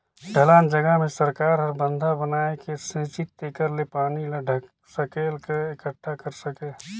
ढलान जघा मे सरकार हर बंधा बनाए के सेचित जेखर ले पानी ल सकेल क एकटठा कर सके